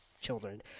children